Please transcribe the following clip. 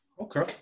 Okay